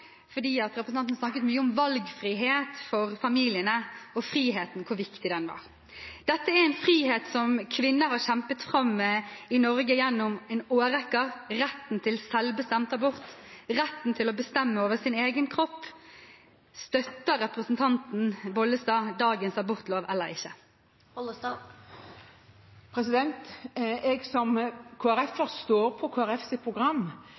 Representanten snakket mye om valgfrihet for familiene og hvor viktig den friheten er. Dette er en frihet som kvinner har kjempet fram i Norge gjennom en årrekke, også retten til selvbestemt abort og retten til å bestemme over egen kropp. Støtter representanten Bollestad dagens abortlov eller ikke? Jeg som KrF-er står på Kristelig Folkepartis program,